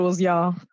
y'all